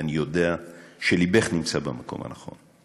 ואני יודע שליבך נמצא במקום הנכון,